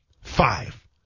five